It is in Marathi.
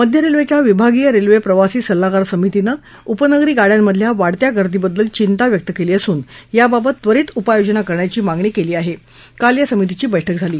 मध्य रखिखिा विभागीय रखिप्रिवासी सल्लागार समितीनं उपनगरी गाड्यांमधल्या वाढत्या गर्दीबद्दल चिंता व्यक्त क्वी असून याबाबत त्वरीत उपाययोजना करण्याची मागणी क्ली आहा क्राल या समितीची बैठक झाली